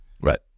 Right